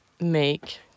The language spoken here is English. make